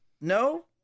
No